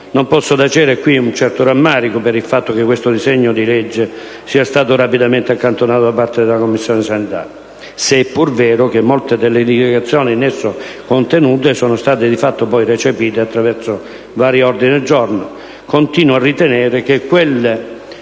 Non posso tacere qui un certo rammarico per il fatto che questo disegno di legge sia stato rapidamente accantonato da parte della Commissione sanità. Se è pur vero che molte delle indicazioni in esso contenute sono state di fatto poi recepite attraverso vari ordini del giorno, continuo a ritenere che quel